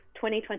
2020